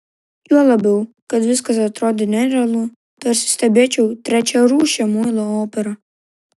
juo labiau kad viskas atrodė nerealu tarsi stebėčiau trečiarūšę muilo operą